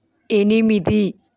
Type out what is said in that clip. ఎనిమిది